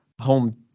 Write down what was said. home